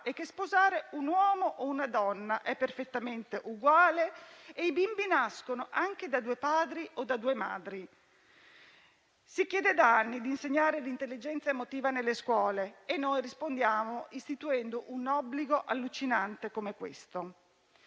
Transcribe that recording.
che sposare un uomo o una donna è perfettamente uguale e che i bimbi nascono anche da due padri o da due madri. Si chiede da anni di insegnare l'intelligenza emotiva nelle scuole e noi rispondiamo istituendo un obbligo allucinante come questo.